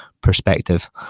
perspective